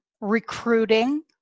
Recruiting